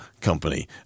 company